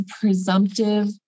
presumptive